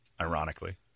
ironically